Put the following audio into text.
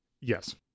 Yes